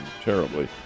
terribly